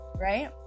right